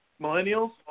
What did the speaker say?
Millennials